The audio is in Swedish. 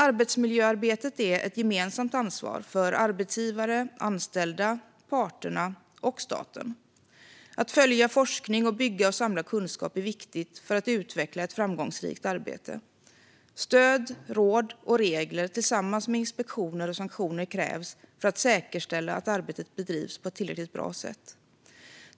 Arbetsmiljöarbetet är ett gemensamt ansvar för arbetsgivare, anställda, parterna och staten. Att följa forskning och bygga och samla kunskap är viktigt för att utveckla ett framgångsrikt arbete. Stöd, råd och regler tillsammans med inspektioner och sanktioner krävs för att säkerställa att arbetet bedrivs på ett tillräckligt bra sätt.